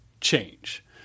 change